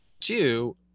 Two